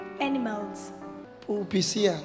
animals